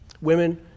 Women